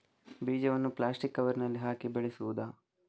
ಬೀಜವನ್ನು ಪ್ಲಾಸ್ಟಿಕ್ ಕವರಿನಲ್ಲಿ ಹಾಕಿ ಬೆಳೆಸುವುದಾ?